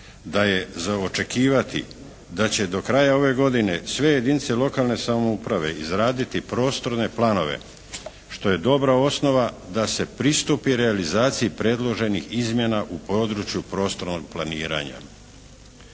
da je za očekivati da će do kraja ove godine sve jedinice lokalne samouprave izraditi prostorne planove, što je dobra osnova da se pristupi realizaciji predloženih izmjena u području prostornog planiranja.